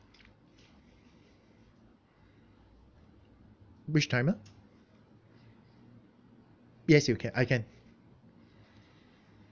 which timer yes you can I can